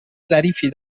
ظریفی